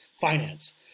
finance